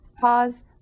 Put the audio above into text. Pause